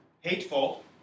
hateful